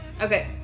Okay